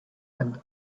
and